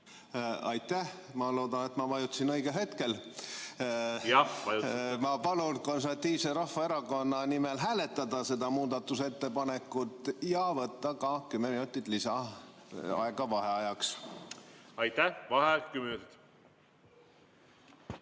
Aitäh! Ma loodan, et ma vajutasin õigel hetkel. Ma palun Konservatiivse Rahvaerakonna nimel hääletada seda muudatusettepanekut ja võtta ka kümme minutit lisaaega vaheajaks. Aitäh! Ma loodan, et